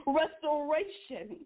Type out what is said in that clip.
restoration